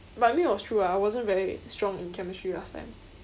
but I mean it was true lah I wasn't very strong in chemistry last time